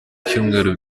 cyumweru